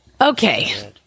Okay